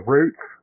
Roots